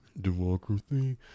Democracy